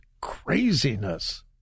craziness